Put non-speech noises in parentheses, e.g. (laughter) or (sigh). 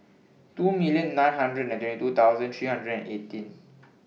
two million nine hundred (unintelligible) two thousand three hundred eighteen